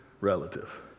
relative